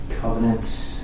covenant